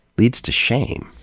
leads to shame.